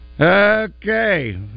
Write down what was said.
Okay